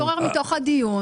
זה התעורר מתוך הדיון.